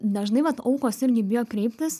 dažnai vat aukos irgi bijo kreiptis